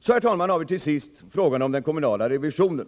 Så, herr talman, har vi till sist frågan om den kommunala revisionen.